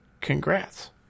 Congrats